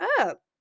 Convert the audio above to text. up